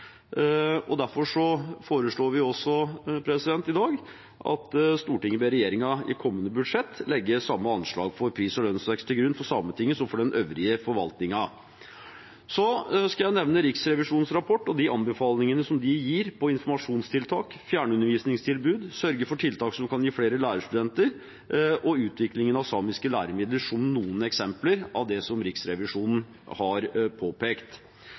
og derfor foreslår vi også i dag at Stortinget ber regjeringen i kommende budsjett legge samme anslag for pris- og lønnsvekst til grunn for Sametinget som for den øvrige forvaltningen. Så vil jeg nevne Riksrevisjonens rapport og de anbefalingene de gir: Informasjonstiltak, fjernundervisningstilbud, å sørge for tiltak som kan gi flere lærerstudenter, og utvikling av samiske læremidler er noen eksempler. Det